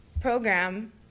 program